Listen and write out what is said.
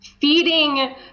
feeding